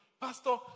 Pastor